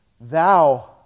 Thou